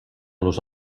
los